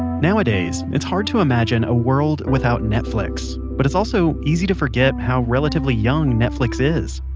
of nowadays, it's hard to imagine a world without netflix, but it's also easy to forget how relatively young netflix is.